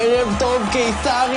על זמן שנהנים עם המשפחה,